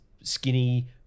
skinny